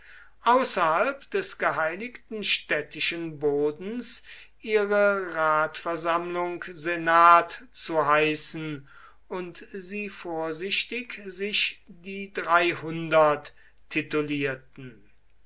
außerhalb des geheiligten städtischen bodens ihre ratversammlung senat zu heißen und sie vorsichtig sich die dreihundert titulierten